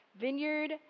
vineyard